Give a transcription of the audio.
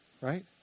right